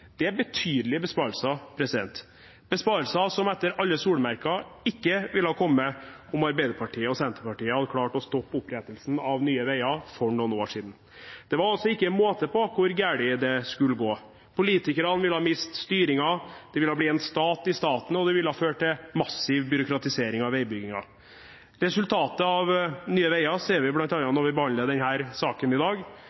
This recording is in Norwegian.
Det er betydelige besparelser – besparelser som etter alle solmerker ikke ville ha kommet om Arbeiderpartiet og Senterpartiet hadde klart å stoppe opprettelsen av Nye Veier for noen år siden. Det var ikke måte på hvor galt det skulle gå. Politikerne ville miste styringen, det ville bli en stat i staten, og det ville føre til massiv byråkratisering av veibyggingen. Resultatet av Nye Veier ser vi